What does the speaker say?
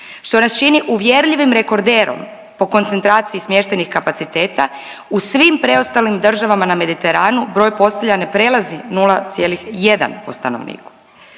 što nas čini uvjerljivim rekorderom po koncentraciji smještajnih kapaciteta u svim preostalim državama na Mediteranu broj postelja ne prelazi 0,1 po stanovniku.